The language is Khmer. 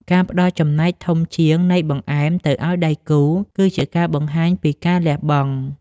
ការផ្ដល់ចំណែកធំជាងនៃបង្អែមទៅឱ្យដៃគូ គឺជាការបង្ហាញពីការលះបង់។